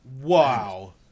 Wow